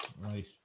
right